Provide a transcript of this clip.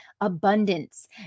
abundance